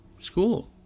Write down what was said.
school